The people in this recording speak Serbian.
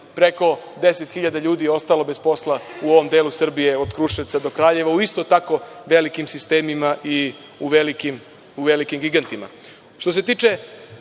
preko 10 hiljada ljudi je ostalo bez posla u ovom delu Srbije od Kruševca do Kraljeva u isto tako velikim sistemima i u velikim gigantima. Što